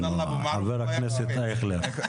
חבר הכנסת אייכלר,